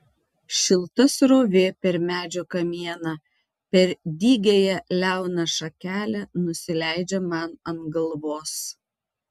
šilta srovė per medžio kamieną per dygiąją liauną šakelę nusileidžia man ant galvos